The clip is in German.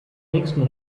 nächsten